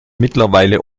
mittlerweile